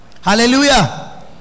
Hallelujah